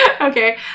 Okay